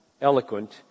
eloquent